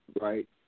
right